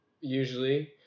Usually